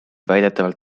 väidetavalt